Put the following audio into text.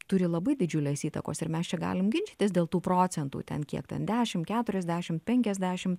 turi labai didžiulės įtakos ir mes čia galim ginčytis dėl tų procentų ten kiek ten dešim keturiasdešim penkiasdešim